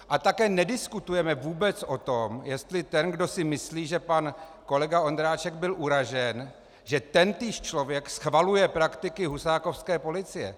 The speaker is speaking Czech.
A také nediskutujeme vůbec o tom, jestli ten, kdo si myslí, že pan kolega Ondráček byl uražen, že tentýž člověk schvaluje praktiky husákovské policie.